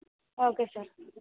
okay sir